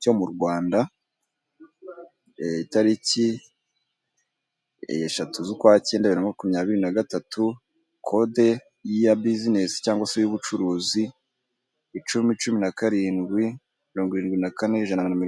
cyo mu Rwanda itariki eshatu z'ukwa karindwi ibihumbi bibiri na makumyabiri na gatatu kode ya bizinesi cyangwa se y'ubucuruzi icumi, cumi na karindwi, mirongo irindwi nakane, ijana na mirongo.